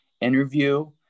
interview